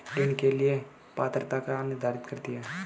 ऋण के लिए पात्रता क्या निर्धारित करती है?